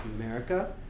America